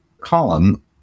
column